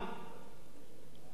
הוא באמת מאמין שהוא ייבחר בליכוד?